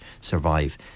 survive